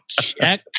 Check